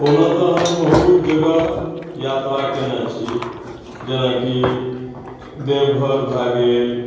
ओना तऽ हम बहुत जगह यात्रा कयने छी जेनाकि देवघर भए गेल